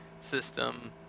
system